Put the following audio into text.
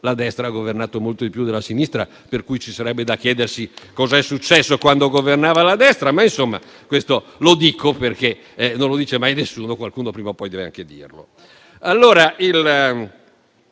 la destra ha governato molto di più della sinistra, per cui ci sarebbe da chiedersi cosa è successo quando governava la destra. Questo lo dico perché non lo dice mai nessuno e qualcuno prima o poi deve anche dirlo.